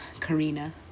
Karina